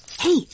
Hey